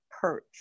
perch